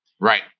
Right